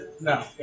No